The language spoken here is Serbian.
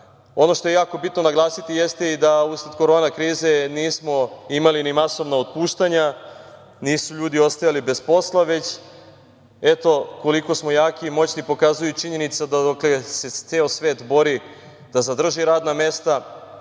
što je jako bitno naglasiti jeste i da usled korona krize nismo imali ni masovna otpuštanja, nisu ljudi ostajali bez posla, već, eto, koliko smo jaki i moćni pokazuje i činjenica da, dok se ceo svet bori da zadrži radna mesta,